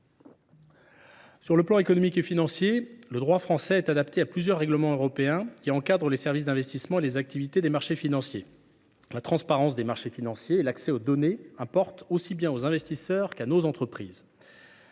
Dans les domaines économique et financier, le droit français est adapté à plusieurs règlements européens qui encadrent les services d’investissement et les activités des marchés financiers. La transparence des marchés financiers et l’accès aux données importent aussi bien aux investisseurs qu’à nos entreprises.